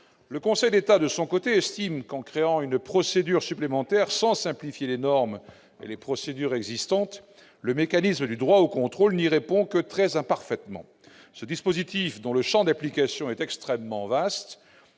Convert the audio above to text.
le Conseil d'État estime, de son côté, qu'en créant une procédure supplémentaire sans simplifier les normes et les procédures existantes, le mécanisme du droit au contrôle ne répond que très imparfaitement à cet objectif. Ce dispositif, dont le champ d'application est extrêmement vaste,